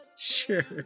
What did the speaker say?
sure